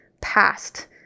past